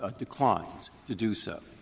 ah declines to do so.